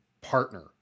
partner